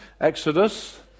Exodus